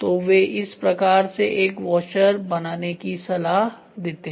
तो वे इस प्रकार से एक वॉशर बनाने की सलाह देते हैं